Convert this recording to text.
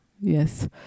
Yes